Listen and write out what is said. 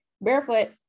barefoot